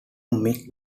mick